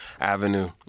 Avenue